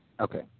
Okay